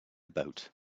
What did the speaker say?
boat